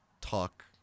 talk